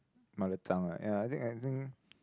mother tongue right yea I think I think